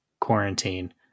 quarantine